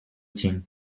jing